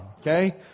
okay